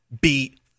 beat